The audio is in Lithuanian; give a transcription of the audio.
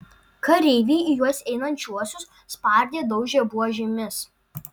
kareiviai į juos einančiuosius spardė daužė buožėmis